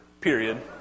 period